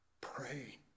Pray